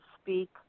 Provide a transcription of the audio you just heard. speak